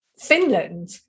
Finland